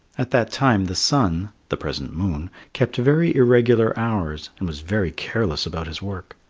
at that time the sun the present moon kept very irregular hours, and was very careless about his work.